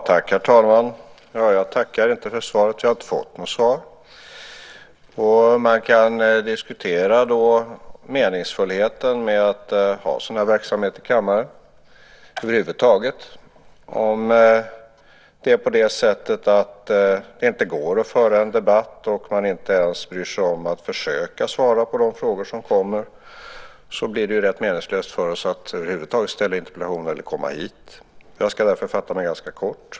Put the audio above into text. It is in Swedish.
Herr talman! Jag tackar inte för svaret eftersom jag inte har fått något svar. Man kan diskutera meningsfullheten med att ha sådan här verksamhet i kammaren över huvud taget. Om det inte går att föra en debatt och om man inte ens bryr sig om att försöka att svara på de frågor som ställs blir det rätt meningslöst för oss att framställa interpellationer eller att komma hit. Jag ska därför fatta mig ganska kort.